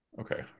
Okay